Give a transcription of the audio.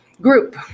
Group